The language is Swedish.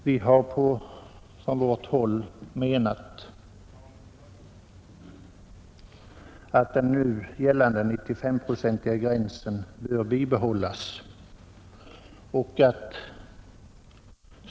Vi har från vårt håll menat att den nu gällande 95-procentiga gränsen bör bibehållas.